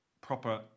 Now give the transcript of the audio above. proper